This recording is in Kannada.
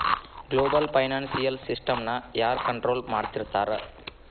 ಗ್ಲೊಬಲ್ ಫೈನಾನ್ಷಿಯಲ್ ಸಿಸ್ಟಮ್ನ ಯಾರ್ ಕನ್ಟ್ರೊಲ್ ಮಾಡ್ತಿರ್ತಾರ?